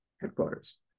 headquarters